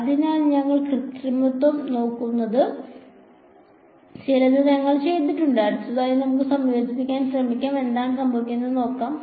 അതിനാൽ ഞങ്ങൾ കൃത്രിമത്വം നോക്കുന്ന ചിലത് ഞങ്ങൾ ചെയ്തിട്ടുണ്ട് അടുത്തതായി നമുക്ക് സംയോജിപ്പിക്കാൻ ശ്രമിക്കാം എന്താണ് സംഭവിക്കുന്നതെന്ന് നോക്കാം